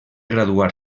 graduar